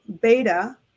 beta